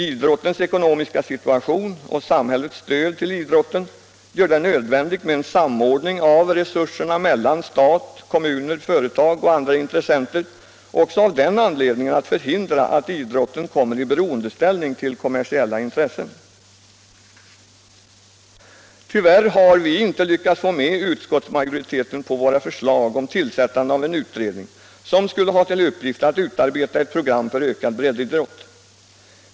Idrottens ekonomiska situation och samhällets Ökat stöd åt stöd till idrotten gör det nödvändigt med en samordning av resurserna = idrotten mellan stat, kommuner, företag och andra intressenter också för att förhindra att idrotten kommer i beroendeställning till kommersiella intressen. Tyvärr har vi inte lyckats få med utskottsmajoriteten på våra förslag om tillsättande av en utredning som skulle ha till uppgift att utarbeta ett program för ökad breddidrott.